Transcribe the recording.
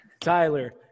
Tyler